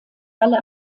halle